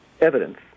evidence